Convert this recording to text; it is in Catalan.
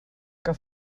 que